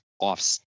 off